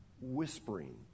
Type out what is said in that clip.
Whispering